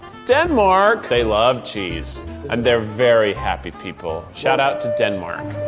denmark! they love cheese and they're very happy people. shout out to denmark.